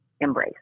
embrace